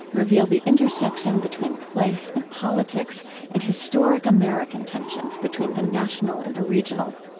reveal the intersection between place and politics and historic american tensions between the national and the regional.